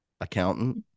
accountant